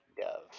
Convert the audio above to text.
dove